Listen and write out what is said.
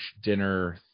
dinner